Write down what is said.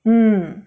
mm